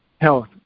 health